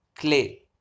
clay